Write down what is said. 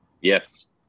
yes